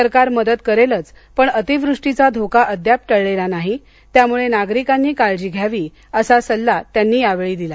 सरकार मदत करेलच पण अतिवृष्टीचा धोका अद्याप टळलेला नाही त्यामुळे नागरिकांनी काळजी घ्यावी असा सल्ला त्यांनी यावेळी दिला